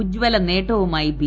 ഉജ്ജല നേട്ടവുമായി ബി